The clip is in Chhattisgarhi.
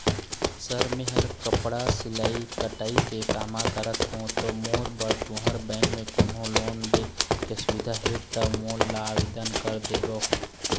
सर मेहर कपड़ा सिलाई कटाई के कमा करत हों ता मोर बर तुंहर बैंक म कोन्हों लोन दे के सुविधा हे ता मोर ला आवेदन कर देतव?